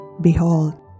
Behold